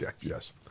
Yes